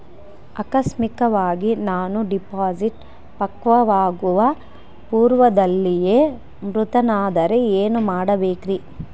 ಆಕಸ್ಮಿಕವಾಗಿ ನಾನು ಡಿಪಾಸಿಟ್ ಪಕ್ವವಾಗುವ ಪೂರ್ವದಲ್ಲಿಯೇ ಮೃತನಾದರೆ ಏನು ಮಾಡಬೇಕ್ರಿ?